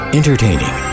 entertaining